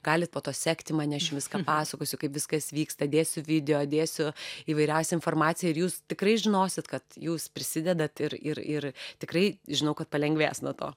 galit po to sekti mane aš jum viską pasakosiu kaip viskas vyksta dėsiu video dėsiu įvairiausią informaciją ir jūs tikrai žinosit kad jūs prisidedat ir ir ir tikrai žinau kad palengvės nuo to